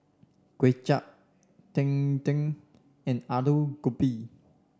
Kuay Chap Cheng Tng and Aloo Gobi